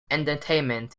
entertainment